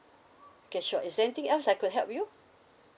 okay sure is there anything else I could help you